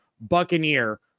Buccaneer